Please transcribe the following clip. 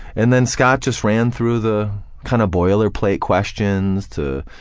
and then scott just ran through the kind of boilerplate questions to